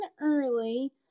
early